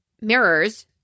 Mirrors